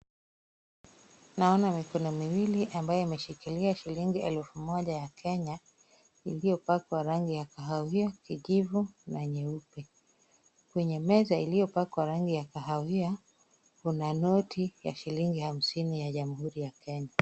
Naona mikono miwili ambayo imeshikilia shilingi elfu moja ya Kenya iliyopakwa rangi ya kahawia, kijivu na nyeupe. Kwenye meza iliyopakwa rangi ya kahawia, kuna noti ya shilingi hamsini ya jamhuri ya Kenya.